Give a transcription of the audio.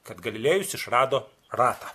kad galilėjus išrado ratą